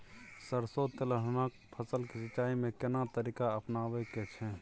सरसो तेलहनक फसल के सिंचाई में केना तरीका अपनाबे के छै?